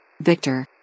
Victor